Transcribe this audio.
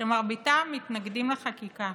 שמרביתם מתנגדים לחקיקה.